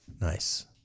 Nice